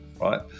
right